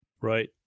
Right